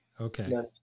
Okay